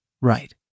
Right